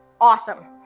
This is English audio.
Awesome